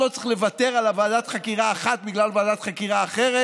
לא צריך לוותר על ועדת חקירה אחת בגלל ועדת חקירה אחרת.